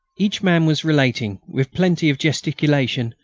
each man was relating, with plenty of gesticulation,